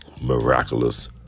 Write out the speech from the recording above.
miraculous